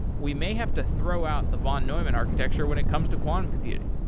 we may have to throw out the von neumann architecture when it comes to quantum computing.